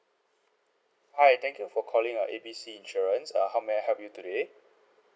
hi thank you for calling uh A B C insurance uh how may I help you today